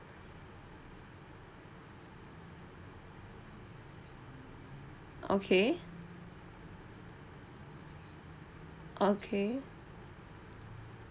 okay okay